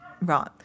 Right